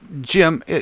Jim